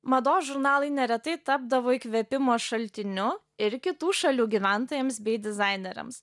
mados žurnalai neretai tapdavo įkvėpimo šaltiniu ir kitų šalių gyventojams bei dizaineriams